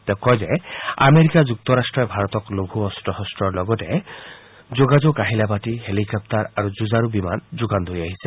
তেওঁ কয় যে আমেৰিকা যুক্তৰাট্টই ভাৰতক লঘু অন্ত্ৰ শন্তৰ লগতে যোগাযোগ আহিলাপাতি হেলিকপ্তাৰ আৰু যুঁজাৰু বিমান যোগান ধৰি আছে